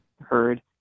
heard